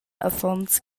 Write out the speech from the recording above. affons